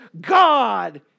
God